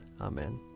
Amen